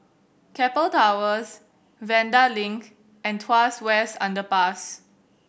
Keppel Towers Vanda Link and Tuas West Underpass